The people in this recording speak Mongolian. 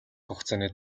хугацааны